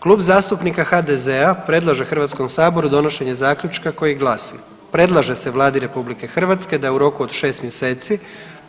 Klub zastupnika HDZ-a predlaže HS donošenje zaključka koji glasi: Predlaže se Vladi RH da u roku od 6 mjeseci